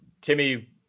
Timmy